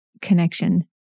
connection